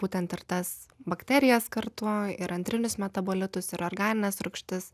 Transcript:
būtent ir tas bakterijas kartu ir antrinius metabolitus ir organines rūgštis